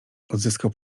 odzyskał